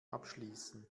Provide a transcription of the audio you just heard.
abschließen